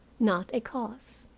not a cause.